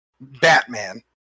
Batman